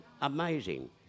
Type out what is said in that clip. amazing